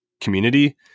community